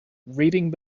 reading